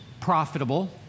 profitable